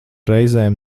reizēm